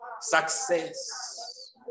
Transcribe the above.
Success